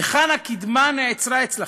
היכן הקדמה נעצרה אצלכם.